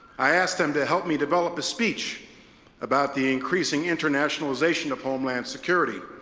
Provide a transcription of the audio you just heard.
i asked them to help me develop a speech about the increasing internationalization of homeland security,